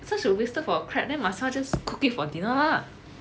such a wasted for a crab then might as well just cook it for dinner ah